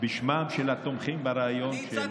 בשמם של התומכים ברעיון.